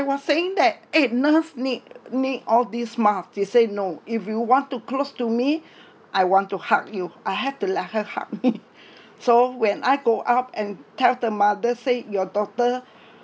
was saying that eh nurse need need all these mask you say no if you want to close to me I want to hug you I had to let her hug me so when I go up and tell the mother say your daughter